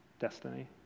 destiny